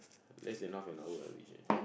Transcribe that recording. less than half an hour I reached already